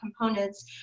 components